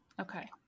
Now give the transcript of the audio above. okay